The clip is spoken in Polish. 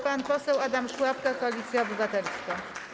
Pan poseł Adam Szłapka, Koalicja Obywatelska.